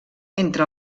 entre